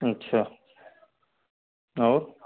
अच्छा और